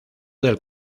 del